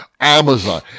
Amazon